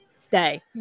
Stay